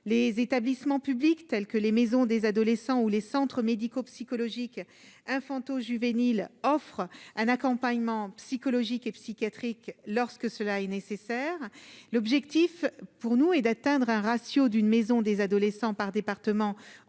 les établissements publics tels que les maisons des adolescents ou les centres médico-psychologique, un fantoche juvénile offre un accompagnement psychologique et psychiatrique, lorsque cela est nécessaire, l'objectif pour nous est d'atteindre un ratio d'une maison des adolescents par département en 2000 22 et